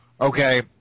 Okay